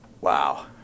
Wow